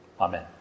Amen